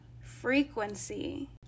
frequency